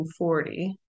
1940